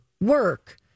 work